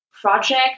project